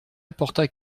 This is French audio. apporta